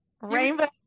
rainbow